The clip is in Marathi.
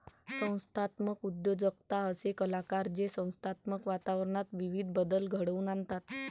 संस्थात्मक उद्योजकता असे कलाकार जे संस्थात्मक वातावरणात विविध बदल घडवून आणतात